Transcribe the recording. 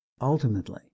Ultimately